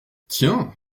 tiens